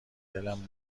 دلم